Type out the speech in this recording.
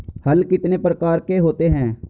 हल कितने प्रकार के होते हैं?